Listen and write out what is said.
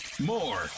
More